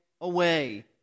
away